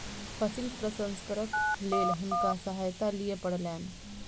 फसिल प्रसंस्करणक लेल हुनका सहायता लिअ पड़लैन